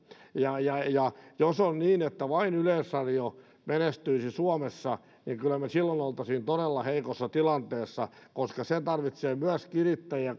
jos on niin että vain yleisradio menestyisi suomessa niin kyllä me silloin olisimme todella heikossa tilanteessa koska se tarvitsee myös kirittäjiä